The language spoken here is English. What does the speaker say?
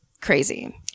crazy